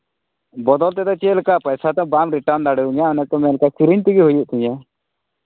ᱵᱚᱫᱚᱞ ᱛᱮᱫᱚ ᱪᱮᱫ ᱞᱮᱠᱟ ᱯᱚᱭᱥᱟ ᱛᱚ ᱵᱟᱢ ᱨᱤᱴᱟᱨᱱ ᱫᱟᱲᱮᱭᱟᱹᱧᱟ ᱠᱤᱨᱤᱧ ᱛᱮᱜᱮ ᱦᱩᱭᱩᱜ ᱛᱤᱧᱟ